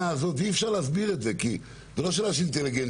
ואי אפשר להסביר את זה כי זה לא שאלה של אינטליגנציה.